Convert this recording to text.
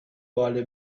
باله